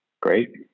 great